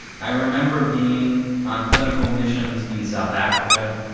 i remember being on clinical missions in south africa,